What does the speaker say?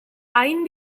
hain